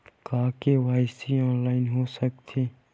का KYC online हो सकथे?